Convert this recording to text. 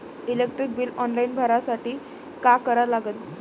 Electric bill online भरासाठी का करा लागन?